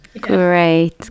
great